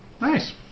Nice